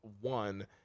one